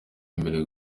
wemerewe